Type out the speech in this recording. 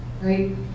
right